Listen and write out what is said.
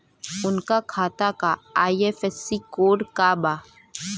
उनका खाता का आई.एफ.एस.सी कोड का बा?